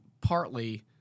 partly